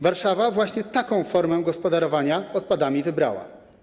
Warszawa właśnie taką formę gospodarowania odpadami wybrała.